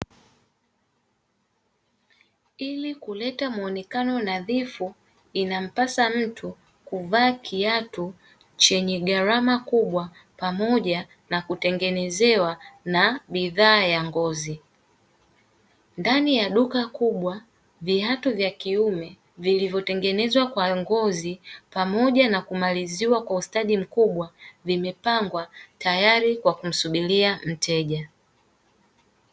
Ili kuleta muonekano nadhifu, inampasa mtu kuvaa kiatu chenye gharama kubwa pamoja na kutengenezewa na bidhaa ya ngozi, ndani ya duka kubwa, viatu vya kiume vilivyotengenezwa kwa ngozi pamoja na kumaliziwa kwa ustadi mkubwa, vimepangwa tayarari kwa kumsubiria mteja.